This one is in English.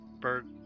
bird